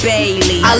Bailey